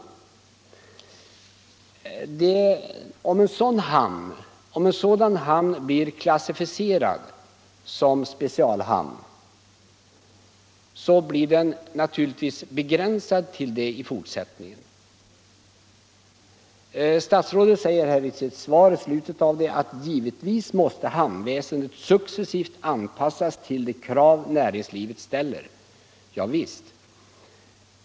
Om en sådan hamn blir klassificerad som specialhamn blir den naturligtvis begränsad till att vara det i fortsättningen. Statsrådet säger i slutet av sitt svar: ”Givetvis måste hamnväsendet successivt anpassas till de krav näringslivet ställer.” Javisst.